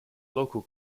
local